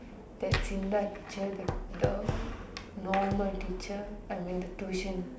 that S_I_N_D_A teacher the the normal teacher I mean the tuition